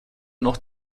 noch